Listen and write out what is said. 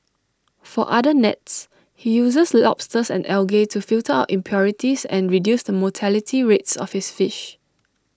for other nets he uses lobsters and algae to filter out impurities and reduce the mortality rates of his fish